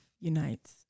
unites